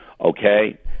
okay